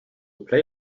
play